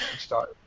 start